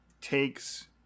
takes –